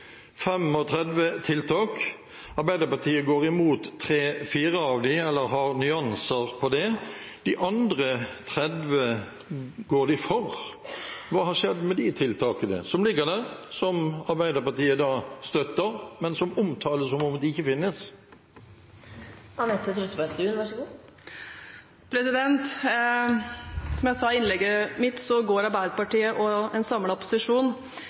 uten tiltak – 34 tiltak. Arbeiderpartiet går imot tre–fire av dem – eller har nyanser av det. De andre 30 går de for. Hva har skjedd med de tiltakene – som ligger der – som Arbeiderpartiet støtter, men som omtales som om de ikke finnes? Som jeg sa i innlegget mitt, går Arbeiderpartiet og en samlet opposisjon